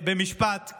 במשפט.